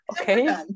Okay